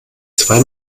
zwei